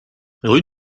rue